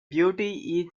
beauty